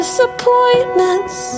Disappointments